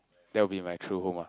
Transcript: that'll be my true home ah